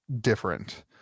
different